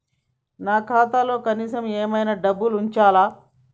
నా ఖాతాలో కనీసం ఏమన్నా డబ్బులు ఉంచాలా?